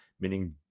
meaning